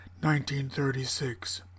1936